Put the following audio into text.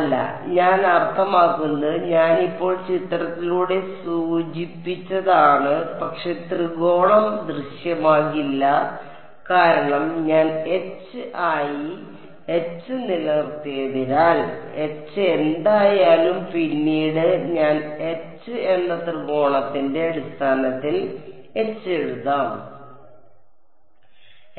അല്ല ഞാൻ അർത്ഥമാക്കുന്നത് ഞാൻ ഇപ്പോൾ ചിത്രത്തിലൂടെ സൂചിപ്പിച്ചതാണ് പക്ഷേ ത്രികോണം ദൃശ്യമാകില്ല കാരണം ഞാൻ H ആയി H നിലനിർത്തിയതിനാൽ H എന്തായാലും പിന്നീട് ഞാൻ H എന്ന ത്രികോണത്തിന്റെ അടിസ്ഥാനത്തിൽ H എഴുതാം